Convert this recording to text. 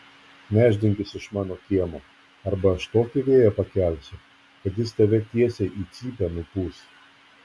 nešdinkis iš mano kiemo arba aš tokį vėją pakelsiu kad jis tave tiesiai į cypę nupūs